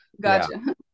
Gotcha